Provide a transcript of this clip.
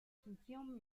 función